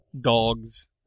dogs